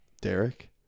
Derek